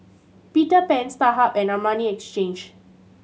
Peter Pan Starhub and Armani Exchange